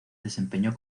desempeñó